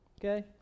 Okay